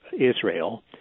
Israel